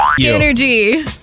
energy